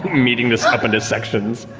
meteing this up into sections.